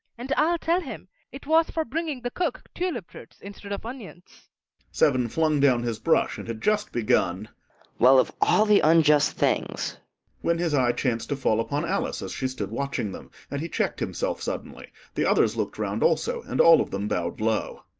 and i'll tell him it was for bringing the cook tulip-roots instead of onions seven flung down his brush, and had just begun well, of all the unjust things when his eye chanced to fall upon alice, as she stood watching them, and he checked himself suddenly the others looked round also, and all of them bowed low.